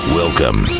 welcome